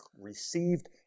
received